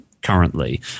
currently